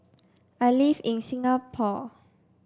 I live in Singapore